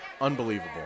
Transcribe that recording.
unbelievable